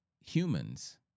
Humans